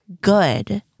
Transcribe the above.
good